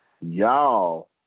Y'all